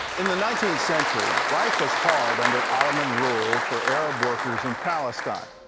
in the nineteenth century, life was hard under ottoman rule for arab workers in palestine.